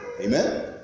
Amen